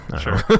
Sure